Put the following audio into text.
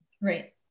right